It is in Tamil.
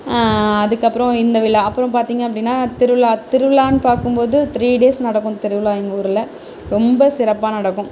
அதுக்கப்பறம் இந்த விழா அப்பறம் பார்த்திங்க அப்படினா திருழா திருழான்னு பார்க்கும்போது த்ரீ டேஸ் நடக்கும் திருவிழா எங்கள் ஊரில் ரொம்ப சிறப்பாக நடக்கும்